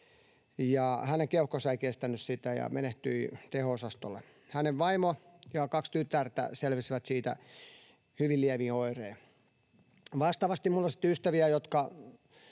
Hänen keuhkonsa eivät kestäneet sitä, ja hän menehtyi teho-osastolla. Hänen vaimonsa ja kaksi tytärtään selvisivät siitä hyvin lievin oirein. Vastaavasti minulla on ystäviä, jotka